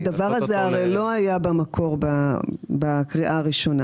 הדבר הזה הרי לא היה במקור בקריאה הראשונה.